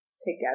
together